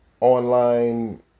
online